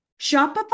Shopify